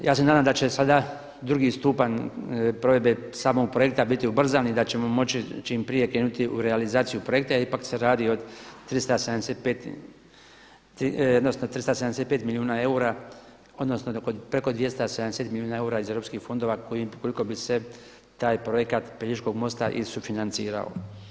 Ja se nadam da će sada drugi stupanj provedbe samog projekta biti ubrzan i da ćemo moći čim prije krenuti u realizaciju projekta, jer ipak se radi o 375 milijuna eura odnosno preko 270 milijuna eura iz europskih fondova koliko bi se taj projekat Pelješkog mosta issufinancirao.